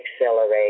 accelerate